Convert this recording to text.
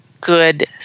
good